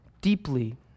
deeply